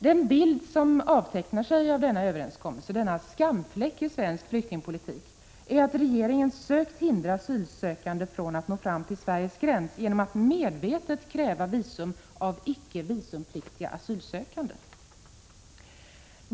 Den bild som avtecknar sig när det gäller den här överenskommelsen — denna skamfläck i svensk flyktingpolitik — är att regeringen sökt hindra asylsökande från att nå fram till Sveriges gräns genom att medvetet kräva visum av icke visumpliktiga asylsökande.